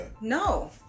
No